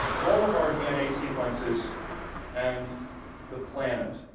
all of our dna sequences and the planet.